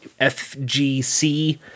FGC